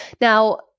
Now